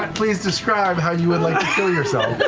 and please describe how you would like to kill yourself.